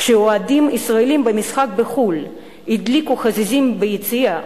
כשאוהדים ישראלים במשחק בחו"ל הדליקו חזיזים ביציע,